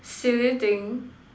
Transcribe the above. silly thing